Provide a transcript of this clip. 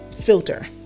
Filter